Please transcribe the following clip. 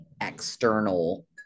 external